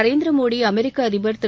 நரேந்திர மோடி அமெரிக்க அதிபர் திரு